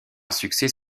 succès